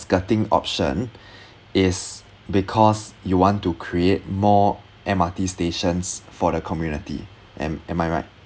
skirting option is because you want to create more M_R_T stations for the community am am I right